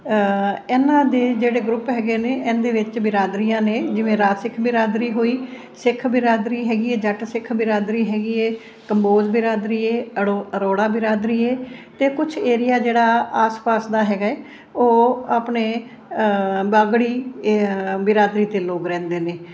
ਇਹਨਾਂ ਦੇ ਜਿਹੜੇ ਗਰੁੱਪ ਹੈਗੇ ਨੇ ਇਹਦੇ ਵਿੱਚ ਬਿਰਾਦਰੀਆਂ ਨੇ ਜਿਵੇਂ ਰਾਜ ਸਿੱਖ ਬਿਰਾਦਰੀ ਹੋਈ ਸਿੱਖ ਬਿਰਾਦਰੀ ਹੈਗੀ ਹੈ ਜੱਟ ਸਿੱਖ ਬਿਰਾਦਰੀ ਹੈਗੀ ਹੈ ਕੰਬੋਜ ਬਿਰਾਦਰੀ ਏ ਅਡੋ ਅਰੋੜਾ ਬਿਰਾਦਰੀ ਏ ਅਤੇ ਕੁਛ ਏਰੀਆ ਜਿਹੜਾ ਆਸ ਪਾਸ ਦਾ ਹੈਗਾ ਹੈ ਉਹ ਆਪਣੇ ਬਾਗੜੀ ਬਿਰਾਦਰੀ ਦੇ ਲੋਕ ਰਹਿੰਦੇ ਨੇ